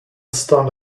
stand